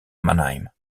mannheim